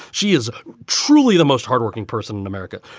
she is truly the most hardworking person in america.